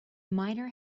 miner